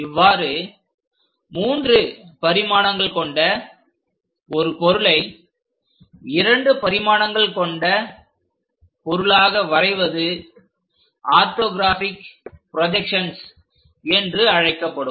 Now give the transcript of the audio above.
இவ்வாறு 3 பரிமாணங்கள் கொண்ட ஒரு பொருளை 2 பரிமாணங்கள் கொண்ட பொருளாக வரைவது ஆர்தொகிராஃபிக் ப்ரொஜெக்ஷன்ஸ் என்று அழைக்கப்படும்